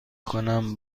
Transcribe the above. کنم